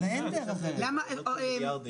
ברגע שלא הפצתם,